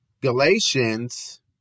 Galatians